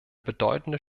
bedeutende